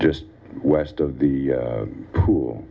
just west of the pool